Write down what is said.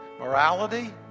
morality